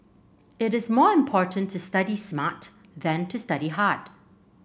it is more important to study smart than to study hard